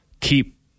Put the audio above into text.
keep